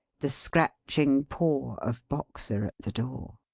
the scratching paw of boxer at the door!